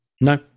No